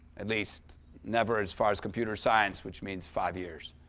at least never as far as computer science, which means five years.